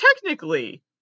technically